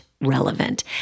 relevant